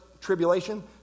tribulation